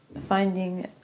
finding